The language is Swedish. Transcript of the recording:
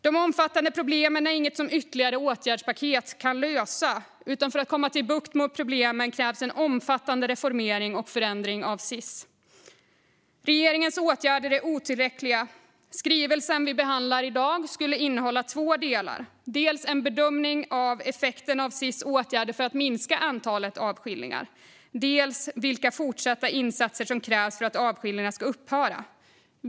De omfattande problemen är inget som ytterligare åtgärdspaket kan lösa, utan för att få bukt med problemen krävs en omfattande reformering och förändring av Sis. Regeringens åtgärder är otillräckliga. Skrivelsen vi behandlar i dag skulle innehålla två delar, dels en bedömning av effekten av Sis åtgärder för att minska antalet avskiljningar, dels vilka fortsatta insatser som krävs för att avskiljningarna ska upphöra.